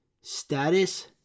status